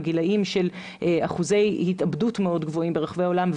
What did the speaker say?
הגילאים של אחוזי התאבדות מאוד גבוהים ברחבי העולם,